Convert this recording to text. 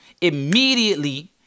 Immediately